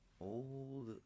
old